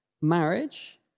marriage